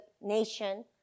nation